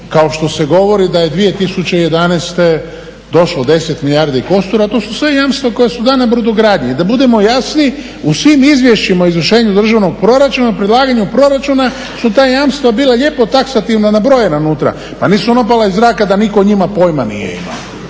kao što se govori da je 2011. došlo 10 milijardi kostura, to su sve jamstva koja su dana brodogradnji. Da budemo jasni, u svim izvješćima o izvršenju državnog proračuna, predlaganju proračuna su ta jamstva bila lijepo taksativna, nabrojena unutra. Pa nisu ona opala iz zraka da nitko o njima pojma nije imao.